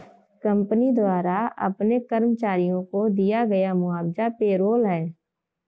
company द्वारा अपने कर्मचारियों को दिया गया मुआवजा पेरोल है